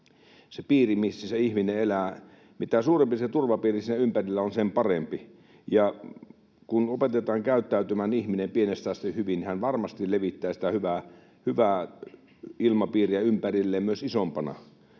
turvapiiri, missä ihminen elää, mikä sen ympärillä on, sen parempi. Kun opetetaan ihminen käyttäytymään pienestä asti hyvin, hän varmasti levittää sitä hyvää ilmapiiriä ympärilleen myös isompana